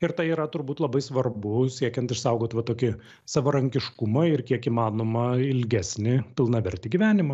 ir tai yra turbūt labai svarbu siekiant išsaugot va tokį savarankiškumą ir kiek įmanoma ilgesnį pilnavertį gyvenimą